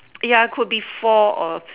ya could be four or